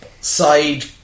side